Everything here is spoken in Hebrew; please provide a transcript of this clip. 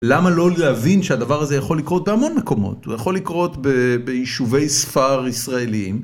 למה לא להבין שהדבר הזה יכול לקרות בהמון מקומות? הוא יכול לקרות ביישובי ספר ישראלים.